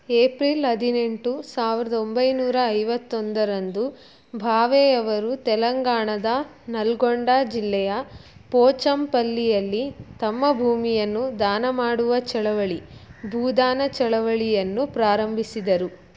April ಹದಿನೆಂಟು ಸಾವಿರದ ಒಂಬೈನೂರ ಐವತ್ತೊಂದರಂದು ಭಾವೆಯವರು ತೆಲಂಗಾಣದ ನಲ್ಗೊಂಡ ಜಿಲ್ಲೆಯ ಪೋಚಂಪಲ್ಲಿಯಲ್ಲಿ ತಮ್ಮ ಭೂಮಿಯನ್ನು ದಾನಮಾಡುವ ಚಳವಳಿ ಭೂದಾನ ಚಳವಳಿಯನ್ನು ಪ್ರಾರಂಭಿಸಿದರು